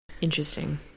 Interesting